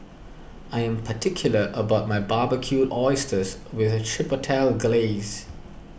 I am particular about my Barbecued Oysters with Chipotle Glaze